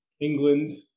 England